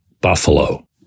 Buffalo